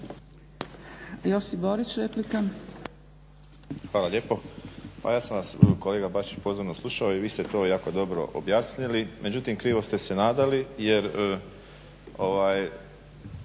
Josip (HDZ)** Hvala lijepa. Pa ja sam vas kolega Bačić pozorno slušao i vi ste to jako dobro objasnili. Međutim krivo ste se nadali jer